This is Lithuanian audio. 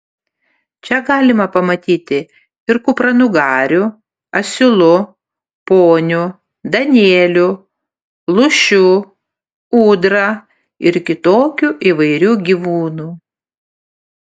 čia galima pamatyti ir kupranugarių asilų ponių danielių lūšių ūdrą ir kitokių įvairių gyvūnų